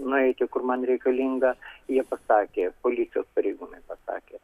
nueiti kur man reikalinga jie pasakė policijos pareigūnai pasakė